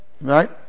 right